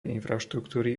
infraštruktúry